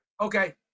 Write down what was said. Okay